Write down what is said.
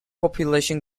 population